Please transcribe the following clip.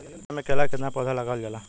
एक एकड़ में केला के कितना पौधा लगावल जाला?